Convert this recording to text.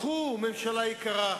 קחו, ממשלה יקרה,